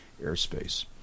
airspace